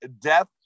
death